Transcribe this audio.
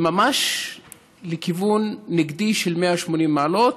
ממש לכיוון נגדי של 180 מעלות.